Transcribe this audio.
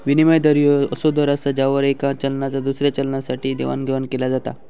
विनिमय दर ह्यो असो दर असा ज्यावर येका चलनाचा दुसऱ्या चलनासाठी देवाणघेवाण केला जाता